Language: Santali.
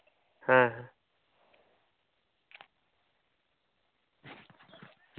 ᱦᱮᱸ ᱦᱮᱸ